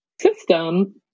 system